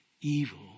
evil